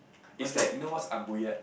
is like you know what's